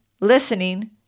listening